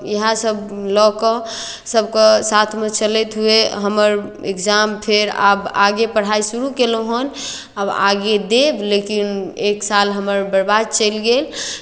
इएहसभ लऽ कऽ सभके साथमे चलैत हुए हमर इक्जाम फेर आब आगे पढ़ाइ शुरू कयलहुँ हन आब आगे देब लेकिन एक साल हमर बरबाद चलि गेल